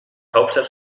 hauptstadt